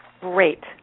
Great